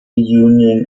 union